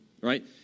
right